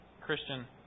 Christian